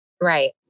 Right